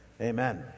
Amen